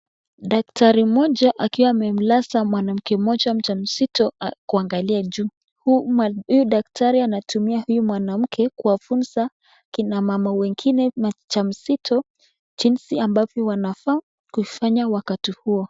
Daktari mmoja akiwa amemlaza mwanamke mmoja mjamzito kuangalia juu . Huyu daktari anatumia huyu mwanamke kuwafunza kina mama wengine mjamzito jinsi ambavyo wanafaa kufanya wakati huo.